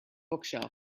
bookshelf